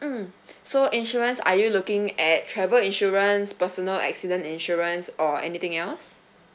mm so insurance are you looking at travel insurance personal accident insurance or anything else